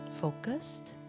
focused